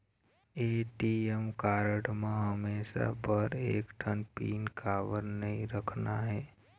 ATM card म हमेशा बर एक ठन पिन काबर नई रखना हे?